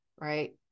right